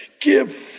give